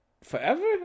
forever